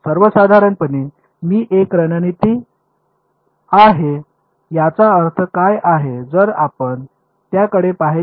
तर सर्वसाधारणपणे ही एक रणनीती आहे याचा अर्थ काय आहे जर आपण त्याकडे पाहिले तर आम्ही हे कसे एकत्र केले